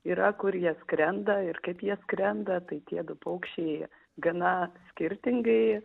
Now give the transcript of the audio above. yra kur jie skrenda ir kaip jie skrenda tai tiedu paukščiai gana skirtingai